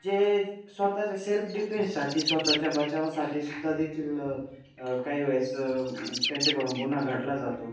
जे स्वतःच्या सेल्फ डिफेन्ससाठी स्वतःच्या बचावासाठी सुद्धा देखील काही वेळेस त्यांच्याकडून गुन्हा घडला जातो